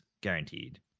guaranteed